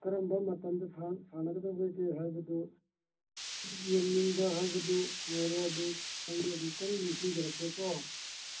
ꯀꯔꯝꯕ ꯃꯇꯝꯗ ꯁꯥꯟꯅꯒꯗꯒꯦ ꯍꯥꯏꯕꯗꯨ ꯌꯦꯡꯅꯤꯡꯕ ꯍꯥꯏꯕꯗꯨ ꯑꯣꯏꯔꯦ ꯑꯗꯨ ꯑꯩ ꯑꯃꯨꯛꯇꯪ ꯅꯤꯡꯁꯤꯡꯖꯔꯛꯀꯦꯀꯣ